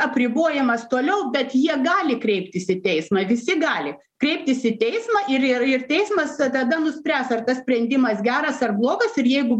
apribojamas toliau bet jie gali kreiptis į teismą visi gali kreiptis į teismą ir ir ir teismas tada nuspręs ar tas sprendimas geras ar blogas ir jeigu